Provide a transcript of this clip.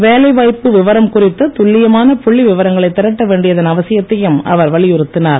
வேலை வாய்ப்பு விவரம் குறித்த துல்லியமான புள்ளி விவரங்களை திரட்ட வேண்டியதன் அவசியத்தையும் அவர் வலியுறுத்தினார்